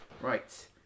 Right